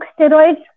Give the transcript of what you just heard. steroids